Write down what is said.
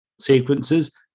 sequences